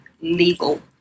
legal